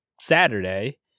Saturday